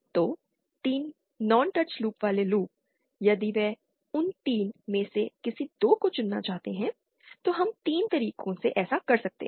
तो 3 non touch वाले loop यदि वे उन 3 में से किसी 2 को चुनना चाहते हैं तो हम 3 तरीकों से ऐसा कर सकते हैं